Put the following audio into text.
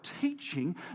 teaching